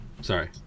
sorry